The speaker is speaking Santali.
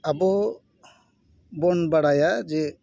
ᱟᱵᱚᱵᱚᱱ ᱵᱟᱲᱟᱭᱟ ᱡᱮ